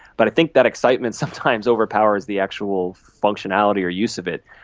but i think that excitement sometimes overpowers the actual functionality or use of it,